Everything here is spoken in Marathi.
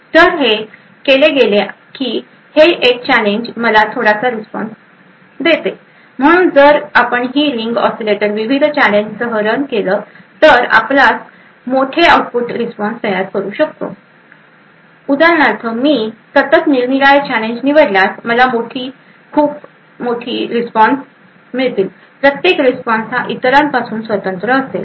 तर हे केले गेले आहे की हे एक चॅलेंज मला थोडासा रिस्पॉन्स देते म्हणून जर आपण ही रिंग ऑसीलेटर विविध चॅलेंजसह रन केले तर आपण मोठे आउटपुट रिस्पॉन्स तयार करू शकतो उदाहरणार्थ मी सतत निरनिराळे चॅलेंज निवडल्यास मला खूप मोठे रिस्पॉन्स मिळतील प्रत्येक रिस्पॉन्स हा इतरांपासुन स्वतंत्र असेल